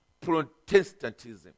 Protestantism